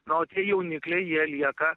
na o tie jaunikliai jie lieka